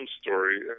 story